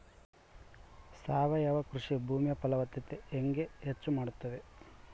ಸಾವಯವ ಕೃಷಿ ಭೂಮಿಯ ಫಲವತ್ತತೆ ಹೆಂಗೆ ಹೆಚ್ಚು ಮಾಡುತ್ತದೆ?